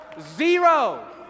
Zero